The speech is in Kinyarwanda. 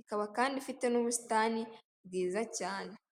ikaba kandi ifite n'ubusitani bwiza cyane.